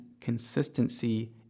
consistency